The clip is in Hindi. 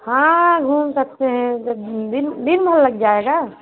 हाँ घूम सकते हैं जब दिन दिन भर लग जाएगा